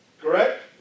Correct